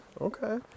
okay